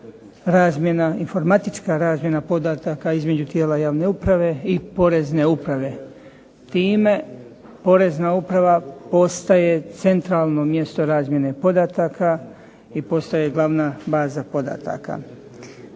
informatička razmjena podataka između tijela javne uprave i POrezne uprave. Time Porezna uprava postaje centralno mjesto razmjene podataka i postaje glavna baza podataka.